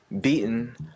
beaten